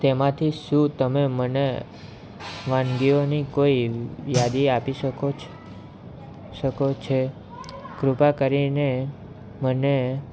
તેમાંથી શું તમે મને વાનગીઓની કોઈ યાદી આપી શકો છે શકો છો કૃપા કરીને મને